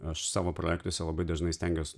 aš savo projektuose labai dažnai stengiuos